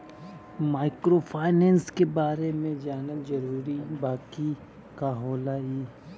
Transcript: Microfinance के बारे में जानल जरूरी बा की का होला ई?